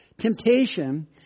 temptation